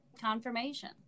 confirmation